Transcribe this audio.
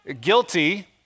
guilty